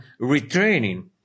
retraining